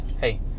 hey